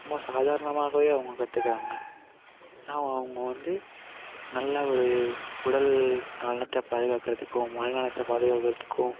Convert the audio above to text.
சும்மா சாதாரணமாகவே அவங்க கற்றுக்குறாங்க அவங்க வந்து நல்ல ஒரு உடல் நலத்தை பாதுகாக்கிறதுக்கும் மன நலத்தை பாதுகாக்கிறதுக்கும்